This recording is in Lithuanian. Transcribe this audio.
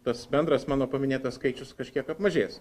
tas bendras mano paminėtas skaičius kažkiek apmažės